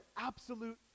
absolute